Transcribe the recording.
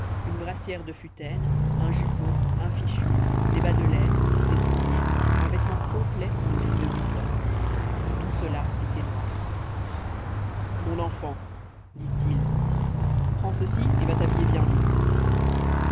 une brassière de futaine un jupon un fichu des bas de laine des souliers un vêtement complet pour une fille de huit ans tout cela était noir mon enfant dit l'homme prends ceci et va t'habiller bien vite